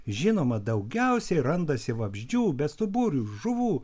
žinoma daugiausiai randasi vabzdžių bestuburių žuvų